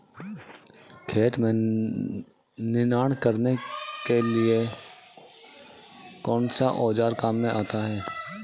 खेत में निनाण करने के लिए कौनसा औज़ार काम में आता है?